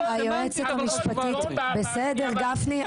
בסדר גפני,